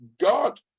God